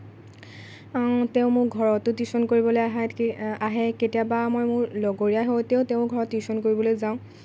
তেওঁ মোক ঘৰতো টিউশ্যন কৰিবলৈ আহে আহে কেতিয়াবা মোৰ লগৰীয়া সৈতেও তেওঁৰ ঘৰত টিউশ্যন কৰিবলৈও যাওঁ